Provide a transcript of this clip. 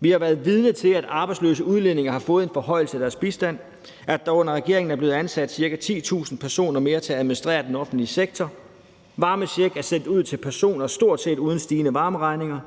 Vi har været vidne til, at arbejdsløse udlændinge har fået en forhøjelse af deres bistand, og at der under regeringen er blevet ansat ca. 10.000 personer mere til at administrere den offentlige sektor. Der er sendt varmecheck ud til personer stort set uden stigende varmeregninger.